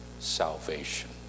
salvation